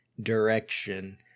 direction